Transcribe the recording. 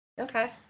Okay